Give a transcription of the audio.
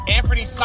Anthony